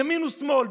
ימין ושמאל,